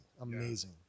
Amazing